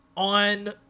On